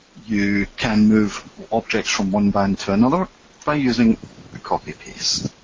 you can move objects from one band to another by using copy paste.